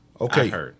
Okay